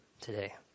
today